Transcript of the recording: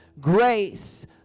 Grace